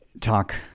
talk